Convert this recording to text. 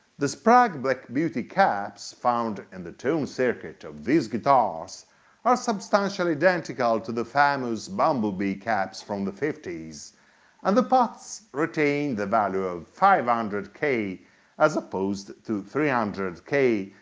the sprague black beauty caps found in the tone circuit of these guitars are substantially identical to the famous bumblebee caps from the fifty s and the pots retain the value of five ah hundred k as opposed to three hundred k,